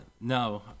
No